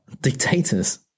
dictators